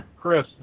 Chris